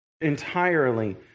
entirely